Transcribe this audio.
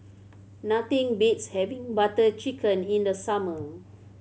nothing beats having Butter Chicken in the summer